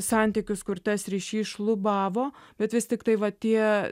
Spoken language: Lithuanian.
santykius kur tas ryšys šlubavo bet vis tiktai va tie